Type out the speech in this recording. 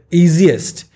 easiest